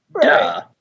Duh